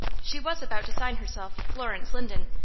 she was about to sign herself florence linden,